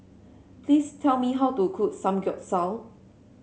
please tell me how to cook Samgyeopsal